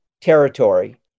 territory